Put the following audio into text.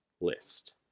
list